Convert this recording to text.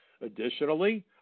Additionally